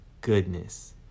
goodness